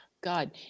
God